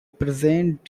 present